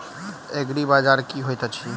एग्रीबाजार की होइत अछि?